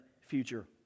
future